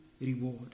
reward